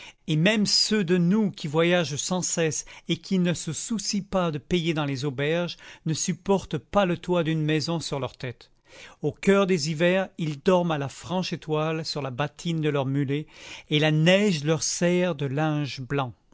et même ceux de nous qui voyagent sans cesse et qui ne se soucient pas de payer dans les auberges ne supportent pas le toit d'une maison sur leurs têtes au coeur des hivers ils dorment à la franche étoile sur la bâtine de leurs mulets et la neige leur sert de linge blanc